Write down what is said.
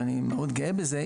ואני מאוד גאה בזה.